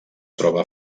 troba